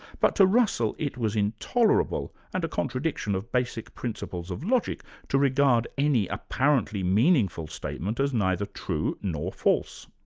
but to russell it was intolerable, and a contradiction of basic principles of logic to regard any apparently meaningful statement as neither true nor false.